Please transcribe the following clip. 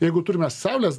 jeigu turime saulės